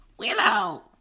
Willow